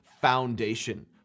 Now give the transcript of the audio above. foundation